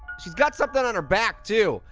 she's got something on her back, too.